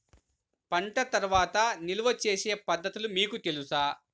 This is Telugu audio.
పంట తర్వాత నిల్వ చేసే పద్ధతులు మీకు తెలుసా?